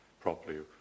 properly